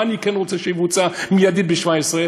מה אני כן רוצה שיבוצע מיידית ב-17'?